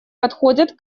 подходят